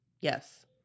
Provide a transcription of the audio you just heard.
Yes